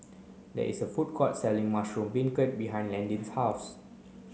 there is a food court selling mushroom beancurd behind Landyn's house